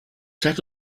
set